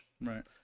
Right